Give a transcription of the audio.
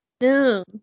No